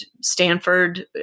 Stanford